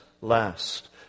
last